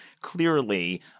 clearly